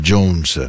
Jones